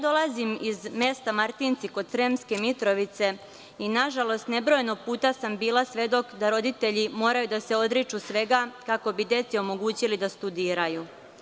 Dolazim iz mesta Martinci kod Sremske Mitrovice i nažalost nebrojeno puta sam bila svedok da roditelji moraju da se odriču svega kako bi deci omogućili da studiraju.